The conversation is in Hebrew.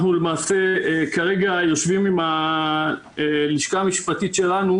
אנחנו למעשה כרגע יושבים עם הלשכה המשפטית שלנו,